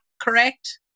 correct